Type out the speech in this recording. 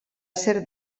ser